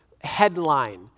headline